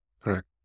Correct